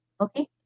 Okay